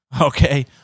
okay